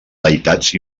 deïtats